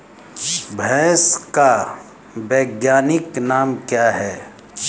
भैंस का वैज्ञानिक नाम क्या है?